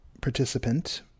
participant